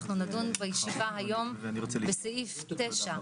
אנחנו נדון בישיבה היום בסעיף 9,